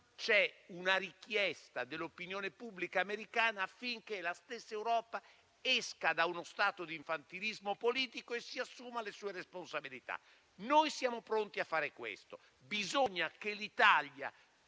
c'è una richiesta dell'opinione pubblica americana affinché la stessa Europa esca da uno stato di infantilismo politico e si assuma le sue responsabilità. Noi siamo pronti a fare questo. Bisogna che l'Italia,